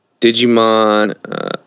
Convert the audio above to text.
Digimon